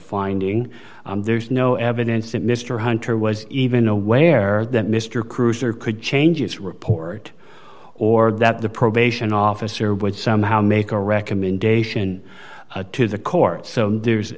finding there's no evidence that mr hunter was even aware that mr kreuzer could change its report or that the probation officer would somehow make a recommendation to the court so there's